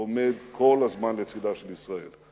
שעומד כל הזמן לצדה של ישראל,